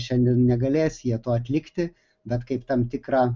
šiandien negalės jie to atlikti bet kaip tam tikrą